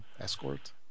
Escort